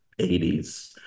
80s